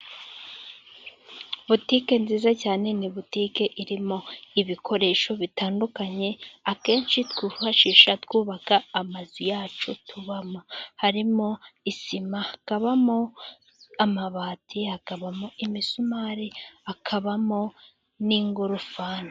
Butike nziza cyane ni butike irimo ibikoresho bitandukanye akenshi twifashisha twubaka amazu yacu tubamo, harimo isima, kabamo amabati, hakabamo imisumari, hakabamo n'ingorofani.